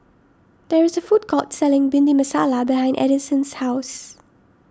there is a food court selling Bhindi Masala behind Edison's house